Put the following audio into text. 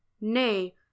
Nay